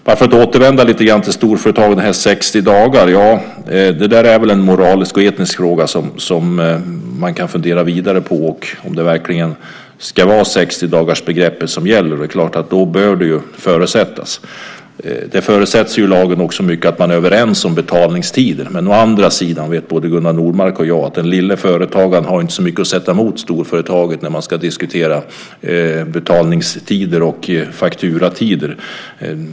Jag ska återvända till storföretagen och det här med de 60 dagarna. Det där är väl en moralisk och etisk fråga som man kan fundera vidare på. Ska det verkligen vara 60-dagarsbegreppet som gäller? Då bör det förutsättas. Det förutsätts också i lagen att man är överens om betalningstiden. Å andra sidan vet både Gunnar Nordmark och jag att småföretagaren inte har så mycket att sätta emot storföretaget när man ska diskutera betalningstider och fakturatider.